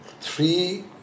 three